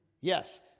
Yes